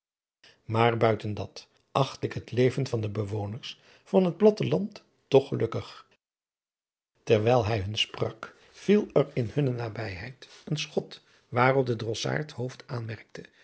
maar buiten dat acht ik het leven van de bewoners van het platte land toch gelukkig terwijl hij dus sprak viel er in hunne nabijheid een schot waarop de drossaard hooft aanmerkte dat